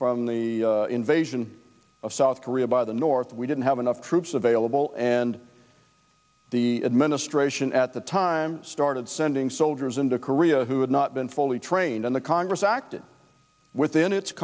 from the invasion of south korea by the north we didn't have enough troops available and the administration at the time started sending soldiers into korea who had not been fully trained and the congress acted within its